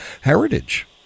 heritage